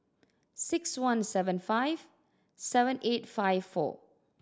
six one seven five seven eight five four